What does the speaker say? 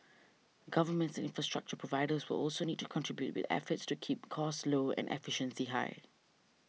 governments and infrastructure providers will also need to contribute with efforts to keep costs low and efficiency high